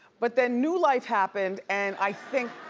but then new life happened and i think,